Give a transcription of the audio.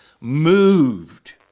Moved